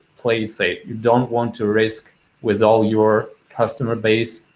play it safe, you don't want to risk with all your customer base.